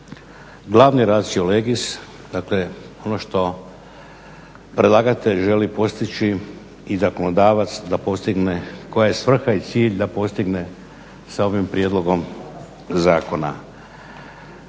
glavne ratio legis, dakle ono što predlagatelj želi postići i zakonodavac da postigne, koja je svrha i cilj da postigne sa ovim prijedlogom zakona?